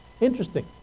Interesting